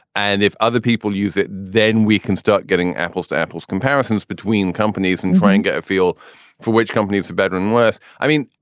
and if other people use it, then we can start getting apples to apples comparisons between companies and try and get a feel for which companies are better and worse. i mean,